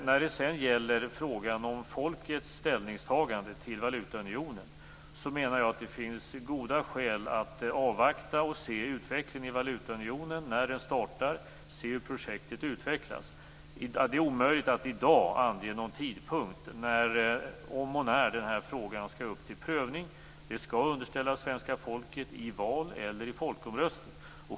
När det sedan gäller frågan om folkets ställningstagande till valutaunionen, menar jag att det finns goda skäl att avvakta och se utvecklingen i valutaunionen när den startar, att se hur projektet utvecklas. Det är omöjligt att i dag ange någon tidpunkt vad gäller om och när den här frågan skall upp till prövning. Den skall underställas svenska folket i val eller i folkomröstning.